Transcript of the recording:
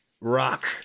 rock